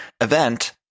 event